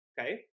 okay